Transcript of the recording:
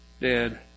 dead